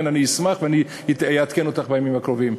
לכן אשמח, ואעדכן אותך בימים הקרובים.